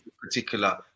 particular